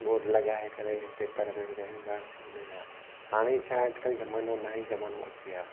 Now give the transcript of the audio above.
board लॻाए करे paper में विझाईंदासीं इन जा हाणे छा अॼु कल्ह ज़मानो नओं ज़मानो अची वियो आहे